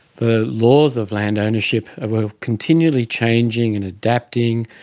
the laws of land ownership were continually changing and adapting,